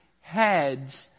heads